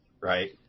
Right